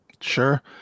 Sure